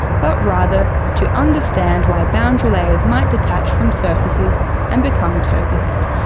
but rather to understand why boundary layers might detach from surfaces and become turbulent.